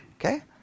Okay